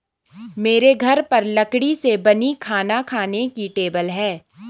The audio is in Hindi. मेरे घर पर लकड़ी से बनी खाना खाने की टेबल है